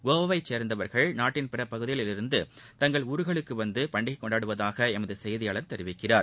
கோவாவை சேர்ந்தவர்கள் நாட்டின் பிற பகுதிகளிலிருந்து தங்கள் ஊர்களுக்கு வந்து பண்டிகை கொண்டாடுவதாக எமது செய்தியாளர் கூறுகிறார்